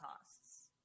costs